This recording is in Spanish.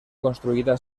construida